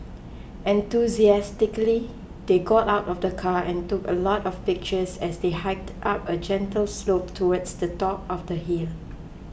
enthusiastically they got out of the car and took a lot of pictures as they hiked up a gentle slope towards the top of the hill